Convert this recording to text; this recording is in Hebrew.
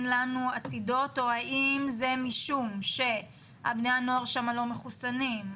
לנו עתידות או האם זה משום שבני הנוער שם לא מחוסנים,